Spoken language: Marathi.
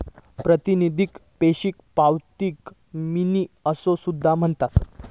प्रातिनिधिक पैशाक पावती मनी असो सुद्धा म्हणतत